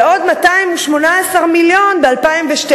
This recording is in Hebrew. ועוד 218 מיליון ב-2012,